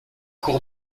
cour